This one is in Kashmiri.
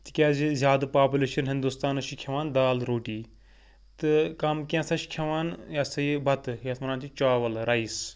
تِکیازِ زیادٕ پاپٕلیشن ہِندوستانَس چھِ کھٮ۪وان دال روٹی تہٕ کم کینٛہہ کٮ۪نژاہ چھِ کھٮ۪وان یہِ ہَسا یہِ بَتہٕ یَتھ وَنان چھِ چاول رایِس